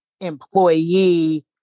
employee